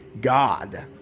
god